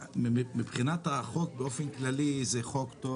מבחינת החוק באופן כללי זה חוק טוב